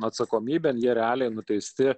atsakomybėn jie realiai nuteisti